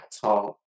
talk